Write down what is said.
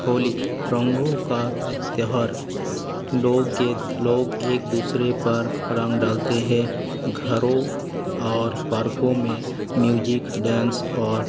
ہولی رنگوں کا تیوہار لوگ کے لوگ ایک دوسرے پر رنگ ڈالتے ہیں گھروں اور پارکوں میں میوزک ڈانس اور